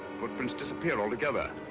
footprints disappear all together.